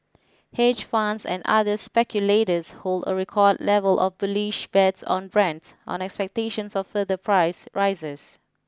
hedge funds and other speculators hold a record level of bullish bets on Brent on expectations of further price rises